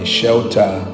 shelter